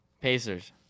Pacers